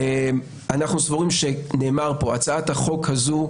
אנחנו סבורים שהצעת החוק הזו,